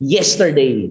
Yesterday